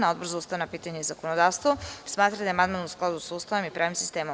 Odbor za ustavna pitanja i zakonodavstvo smatra da je amandman u skladu sa Ustavom i pravnim sistemom.